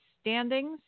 standings